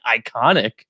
iconic